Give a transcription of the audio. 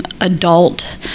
adult